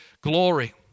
glory